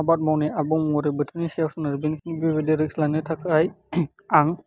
आबाद मावनाय आबुं महरै बोथोरनि सायाव सोनारो बेनिखायनो बे बायदि रिक्स लानो थाखाय आं